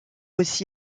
aussi